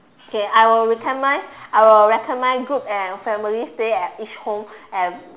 K I will recommend I will recommend group and family stay at each home and